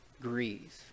grieve